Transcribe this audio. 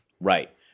Right